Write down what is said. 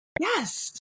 Yes